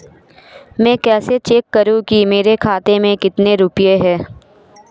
मैं कैसे चेक करूं कि मेरे खाते में कितने रुपए हैं?